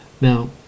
Now